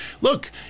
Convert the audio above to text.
Look